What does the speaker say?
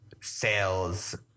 sales